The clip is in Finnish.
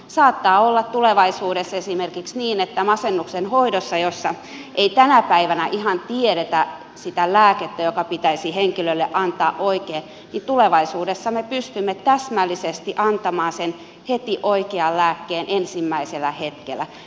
saattaa olla esimerkiksi niin että masennuksen hoidossa jossa ei tänä päivänä ihan tiedetä sitä oikeaa lääkettä joka pitäisi henkilölle antaa tulevaisuudessa me pystymme täsmällisesti antamaan sen oikean lääkkeen heti ensimmäisellä hetkellä